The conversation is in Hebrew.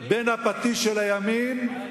בין הפטיש של הימין,